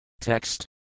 Text